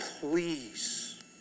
please